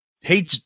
Hey